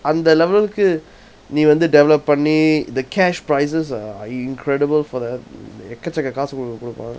அந்த:antha level கு நீ வந்து:ku nee vanthu develop பண்ணி:panni the cash prizes are incredible for the எக்கச்சக்க காசு ஒனக்கு கொடுப்பான்:ekkachakka kasu onakku koduppan